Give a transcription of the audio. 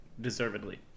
deservedly